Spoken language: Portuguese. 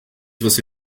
você